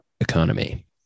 economy